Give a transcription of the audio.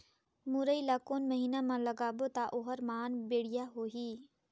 मुरई ला कोन महीना मा लगाबो ता ओहार मान बेडिया होही?